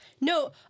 No